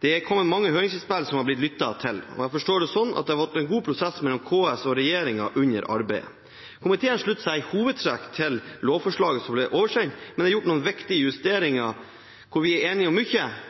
Det er kommet mange høringsinnspill som har blitt lyttet til. Jeg forstår det slik at det har vært en god prosess mellom KS og regjeringen under arbeidet. Komiteen slutter seg i hovedtrekk til lovforslaget som ble oversendt, men det er gjort noen viktige justeringer. Vi er enige om